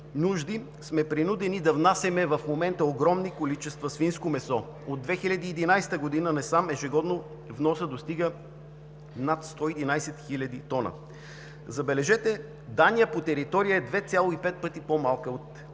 нужди, сме принудени да внасяме в момента огромни количества свинско месо. От 2011 г. насам ежегодно вносът достига над 111 хил. тона. Забележете, Дания по територия е 2,5 пъти по-малка от